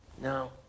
No